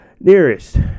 nearest